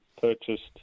purchased